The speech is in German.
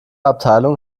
abteilung